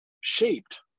shaped